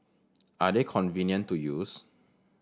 are they convenient to use